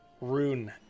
rune